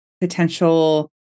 potential